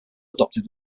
adopted